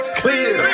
clear